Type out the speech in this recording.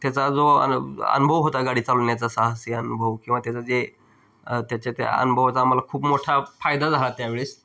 त्याचा जो अन अनुभव होता गाडी चालवण्याचा साहसी अनुभव किंवा त्याचा जे त्याचा त्या अनुभवाचा आम्हाला खूप मोठा फायदा झाला त्यावेळेस